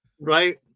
Right